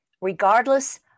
regardless